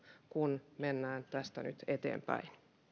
kun mennään tästä nyt eteenpäin